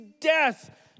death